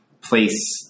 place